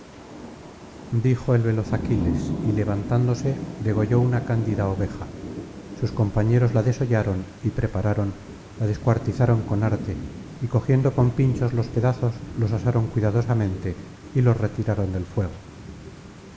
dijo el veloz aquiles y levantándose degolló una candida oveja sus compañeros la desollaron y prepararon la descuartizaron con arte y cogiendo con pinchos los pedazos los asaron cuidadosamente y los retiraron del fuego